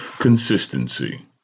Consistency